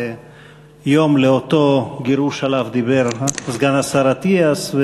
זה היום של אותו גירוש שעליו דיבר סגן השר אטיאס.